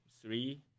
three